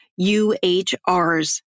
UHRs